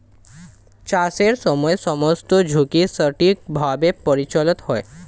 চাষের সময় সমস্ত ঝুঁকি সঠিকভাবে পরিচালিত হয়